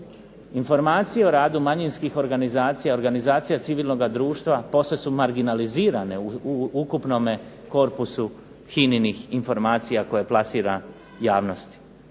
Informacije o radu manjinskih organizacija i organizacija civilnoga društva posve su marginalizirane u ukupnome korpusu HINA-inih informacija koje plasira javnosti.